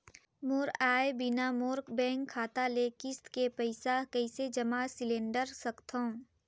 मोर आय बिना मोर बैंक खाता ले किस्त के पईसा कइसे जमा सिलेंडर सकथव?